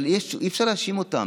אבל אי-אפשר להאשים אותם.